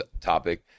topic